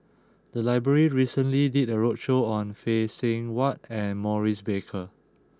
the library recently did a roadshow on Phay Seng Whatt and Maurice Baker